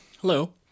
Hello